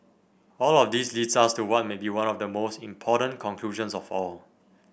all of this leads us to what may be one of the most important conclusions of all